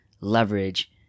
leverage